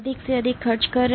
अधिक से अधिक खर्च कर रहे हैं